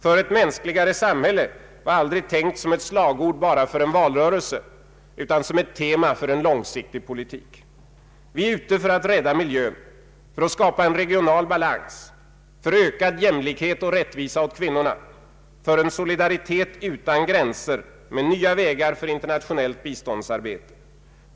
”För ett mänskligare samhälle” var aldrig tänkt som ett slagord bara för en valrörelse utan som ett tema för en långsiktig politik. Vi är ute för att rädda miljön. För att skapa en regional balans. För ökad jämlikhet och rättvisa åt kvinnorna. För en solidaritet utan gränser, med nya vägar för internationellt biståndsarbete.